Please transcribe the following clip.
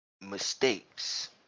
mistakes